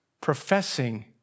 professing